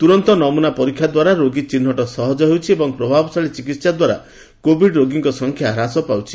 ତୁରନ୍ତ ନମୁନା ପରୀକ୍ଷା ଦ୍ୱାରା ରୋଗୀ ଚିହ୍ନଟ ସହଜ ହେଉଛି ଏବଂ ପ୍ରଭାବଶାଳୀ ଚିକିତ୍ସା ଦ୍ୱାରା କୋଭିଡ୍ ରୋଗୀଙ୍କ ସଂଖ୍ୟା ହ୍ରାସ ପାଉଛି